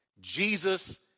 Jesus